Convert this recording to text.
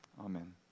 amen